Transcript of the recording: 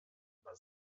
über